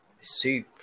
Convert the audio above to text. Soup